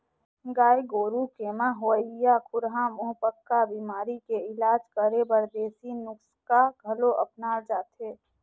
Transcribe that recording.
गाय गोरु के म होवइया खुरहा मुहंपका बेमारी के इलाज करे बर देसी नुक्सा घलो अपनाल जाथे